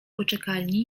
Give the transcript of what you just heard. poczekalni